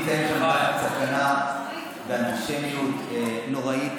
היהודים נמצאים שם תחת סכנה ואנטישמיות נוראית,